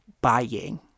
buying